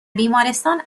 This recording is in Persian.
بیمارستان